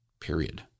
Period